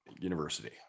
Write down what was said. university